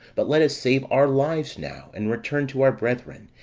but let us save our lives now, and return to our brethren,